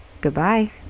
Goodbye